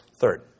Third